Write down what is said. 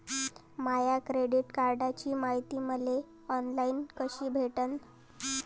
माया credit कार्डची मायती मले ऑनलाईन कसी भेटन?